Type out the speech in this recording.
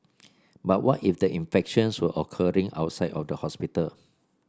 but what if the infections were occurring outside of the hospital